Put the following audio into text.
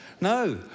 No